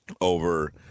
over